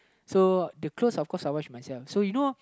so the clothes of course I wash myself so you know